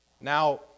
Now